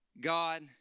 God